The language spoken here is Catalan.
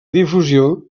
difusió